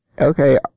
Okay